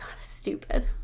stupid